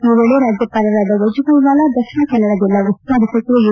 ಈ ವೇಳೆ ರಾಜ್ಯಪಾಲರಾದ ವಜೂಬಾಯಿ ವಾಲಾ ದಕ್ಷಿಣ ಕನ್ನಡ ಜಿಲ್ಲಾ ಉಸ್ತುವಾರಿ ಸಚಿವ ಯು